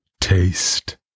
Taste